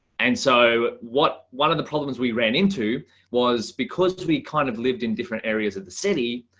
and so what one of the problems we ran into was because we kind of lived in different areas of the city,